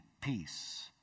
peace